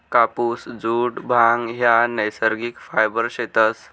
कापुस, जुट, भांग ह्या नैसर्गिक फायबर शेतस